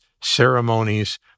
ceremonies